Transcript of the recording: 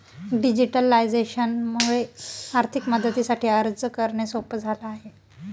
digitalisation मुळे आर्थिक मदतीसाठी अर्ज करणे सोप झाला आहे